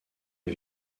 est